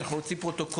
אנחנו נוציא פרוטוקול.